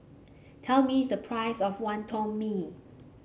tell me the price of Wonton Mee